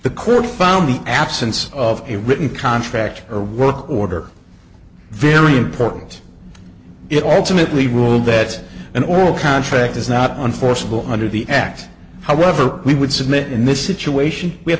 the court found the absence of a written contract or work order very important it alternately ruled that an oral contract is not unforeseeable under the act however we would submit in this situation we have